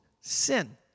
sin